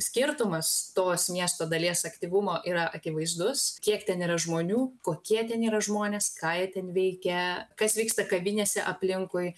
skirtumas tos miesto dalies aktyvumo yra akivaizdus kiek ten yra žmonių kokie ten yra žmonės ką jie ten veikia kas vyksta kavinėse aplinkui